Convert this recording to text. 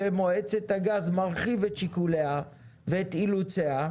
למועצת הגז מרחיב את שיקוליה ואת אילוציה,